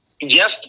Yes